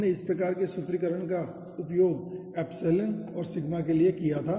हमने इस प्रकार के सूत्रीकरण का उपयोग एप्सिलॉन और सिग्मा के लिए किया था